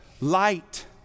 light